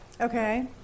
Okay